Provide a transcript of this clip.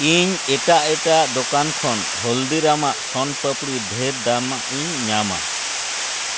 ᱤᱧ ᱮᱴᱟᱜ ᱮᱴᱟᱜ ᱫᱚᱠᱟᱱ ᱠᱷᱚᱱ ᱦᱚᱞᱫᱤᱨᱟᱢᱟᱜ ᱥᱚᱱᱯᱟᱹᱯᱲᱤ ᱰᱷᱮᱨ ᱫᱟᱢᱟᱜᱼᱤᱧ ᱧᱟᱢᱟ